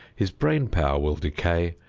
his brain power will decay,